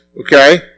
okay